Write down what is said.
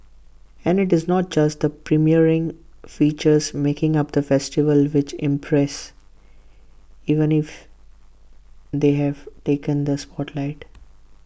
and IT is not just the premiering features making up the festival which impress even if they have taken the spotlight